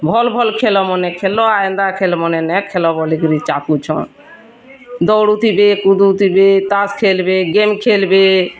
ଭଲ୍ ଭଲ୍ ଖେଲ ମନେ ଖେଲ ଏନ୍ତା ଖେଲ ମନେ ନାହିଁ ନାହିଁ ବୋଲି କରି ଚାପୁଛ ଦଉଡ଼ୁଥିବେ କୁଦୁଥିବେ ତାସ୍ ଖେଲବେ ଗେମ୍ ଖେଲବେ